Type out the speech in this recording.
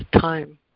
time